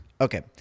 Okay